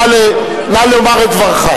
נא לומר את דברך.